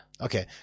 Okay